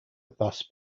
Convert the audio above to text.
thus